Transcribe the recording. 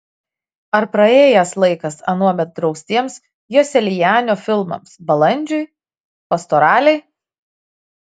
ar praėjęs laikas anuomet draustiems joselianio filmams balandžiui pastoralei